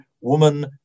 woman